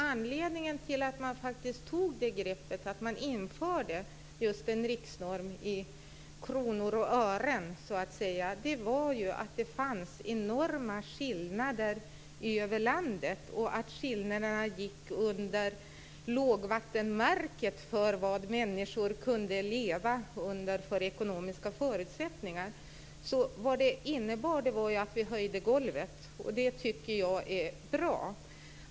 Anledningen till att man tog greppet att införa en riksnorm i kronor och ören var ju att det fanns enorma skillnader över landet och att skillnaderna gick under lågvattenmärket för vilka ekonomiska förutsättningar människor kunde leva under. Vad detta innebar var att vi höjde golvet, och det tycker jag är bra.